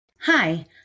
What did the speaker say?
Hi